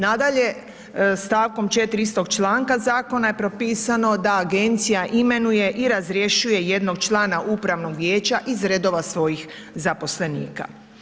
Nadalje, stavkom 4 istog članak zakona, je propisano da Agencija imenuje i razrješuje jednog člana Upravnog vijeća iz redova svojih zaposlenika.